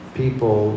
people